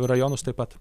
rajonus taip pat